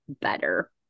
better